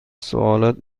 سوالات